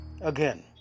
Again